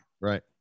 Right